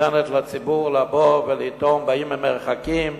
שנותנת לציבור לבוא ולטעום, באים ממרחקים,